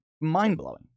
mind-blowing